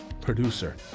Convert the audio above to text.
producer